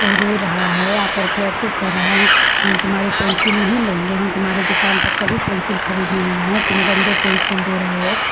वह रो रहा है आ कर के अतु कर रहा है हम तुम्हारे पेंसिल नहीं लेंगे हम तुम्हारे दुकान पर कभी पेंसिल खरीदने नहीं तुम गंदे पेंसिल दे रहे हो